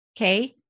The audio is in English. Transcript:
okay